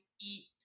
eat